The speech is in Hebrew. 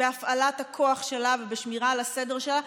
בהפעלת הכוח שלה ובשמירה על הסדר שלה,